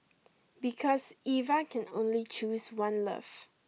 because Eva can only choose one love